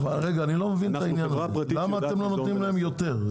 -- אבל אני לא מבין את העניין הזה למה אתם לא נותנים להם יותר?